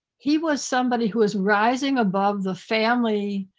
he was somebody who was rising above the family,